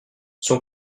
son